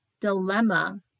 dilemma